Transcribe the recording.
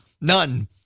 None